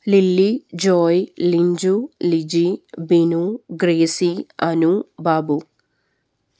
lily Joy Linju Liji Binu Gracy Anu Babu